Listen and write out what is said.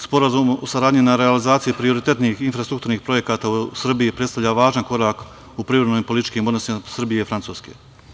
Sporazum o saradnji na realizaciji prioritetnih infrastrukturnih projekata u Srbiji predstavlja važan korak u privrednim i političkim odnosima Srbije i Francuske.